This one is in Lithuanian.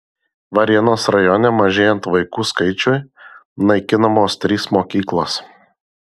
varėnos rajone mažėjant vaikų skaičiui naikinamos trys mokyklos